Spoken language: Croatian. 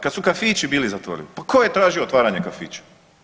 Kad su kafići bili zatvoreni, pa tko je tražio otvaranje kafića.